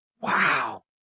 Wow